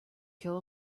kill